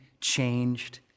changed